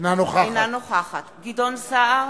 אינה נוכחת גדעון סער,